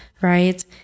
right